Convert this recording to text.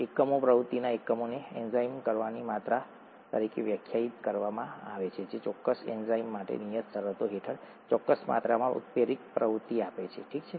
એકમો પ્રવૃત્તિના એકમને એન્ઝાઇમની માત્રા તરીકે વ્યાખ્યાયિત કરવામાં આવે છે જે તે ચોક્કસ એન્ઝાઇમ માટે નિયત શરતો હેઠળ ચોક્કસ માત્રામાં ઉત્પ્રેરક પ્રવૃત્તિ આપે છે ઠીક છે